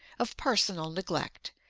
of personal neglect,